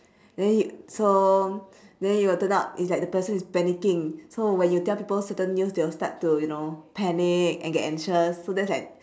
then it so then it would turn out it's like the person is panicking so when you tell people certain news they will start to you know panic and get anxious so that's like